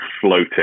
floating